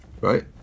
right